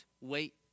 wait